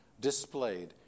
displayed